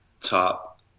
top